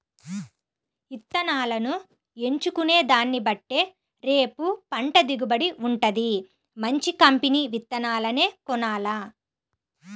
ఇత్తనాలను ఎంచుకునే దాన్నిబట్టే రేపు పంట దిగుబడి వుంటది, మంచి కంపెనీ విత్తనాలనే కొనాల